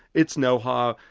it's know-how,